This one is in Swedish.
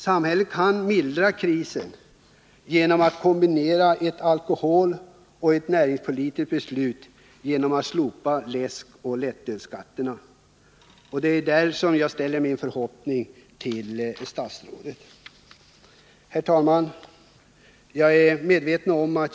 Samhället kan mildra krisen genom ett kombinerat alkoholpolitiskt och näringspolitiskt beslut om att slopa läskoch lättölsskatterna. Det är här jag ställer min förhoppning till statsrådets medverkan. Herr talman!